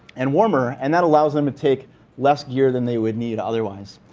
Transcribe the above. and warmer. and that allows them to take less gear than they would need otherwise.